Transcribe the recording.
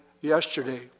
yesterday